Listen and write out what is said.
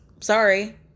Sorry